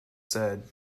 said